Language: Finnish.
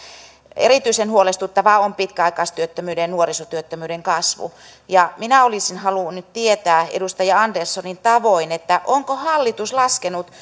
erityisen huolestuttavaa on pitkäaikaistyöttömyyden ja nuorisotyöttömyyden kasvu ja minä olisin halunnut nyt tietää edustaja anderssonin tavoin onko hallitus laskenut